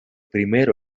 primero